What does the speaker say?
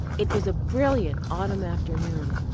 it was a brilliant autumn afternoon,